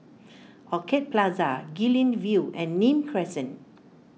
Orchid Plaza Guilin View and Nim Crescent